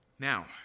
Now